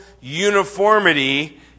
uniformity